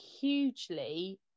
hugely